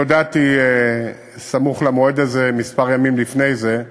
אני הודעתי סמוך למועד הזה, כמה ימים לפני זה,